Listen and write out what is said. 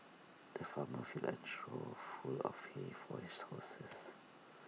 the farmer filled A trough full of hay for his horses